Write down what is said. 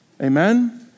Amen